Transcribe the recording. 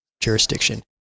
jurisdiction